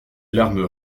larmes